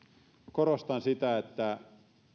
korostan että